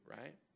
right